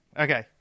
okay